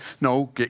No